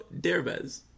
Derbez